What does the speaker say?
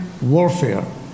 warfare